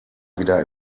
wieder